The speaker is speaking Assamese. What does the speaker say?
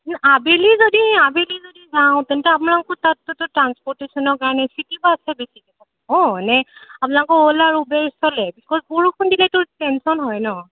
আবেলি যদি আবেলি যদি যাওঁ তেন্তে আপোনালোকৰ তাতটো ট্ৰাঞ্চপটেচনৰ কাৰণে চিটি বাছহে বেছিকৈ চলিব নে আপোনালোকৰ অ'লা উবেৰ চলে বিকজ বৰষুণ দিলেটো টেনচন হয় ন